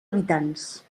habitants